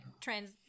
trans